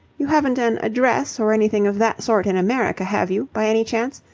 you haven't an address or anything of that sort in america, have you, by any chance?